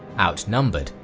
outnumbered,